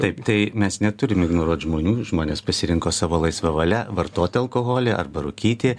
taip tai mes neturim ignoruot žmonių žmonės pasirinko savo laisva valia vartoti alkoholį arba rūkyti